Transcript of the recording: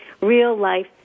real-life